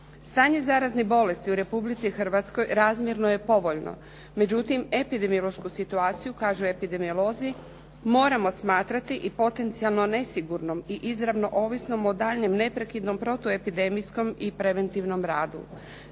Stanje zaraznih bolesti u Republici Hrvatskoj razmjerno je povoljno. Međutim, epidemiološku situaciju, kažu epidemiolozi, moramo smatrati i potencijalno nesigurnom i izravno ovisnom o daljnjem neprekidnom protuepidemijskom i preventivnom radu.